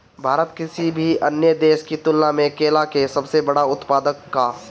भारत किसी भी अन्य देश की तुलना में केला के सबसे बड़ा उत्पादक ह